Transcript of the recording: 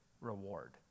reward